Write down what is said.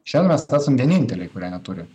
šiandien mes esam vieninteliai kurie neturi